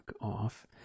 off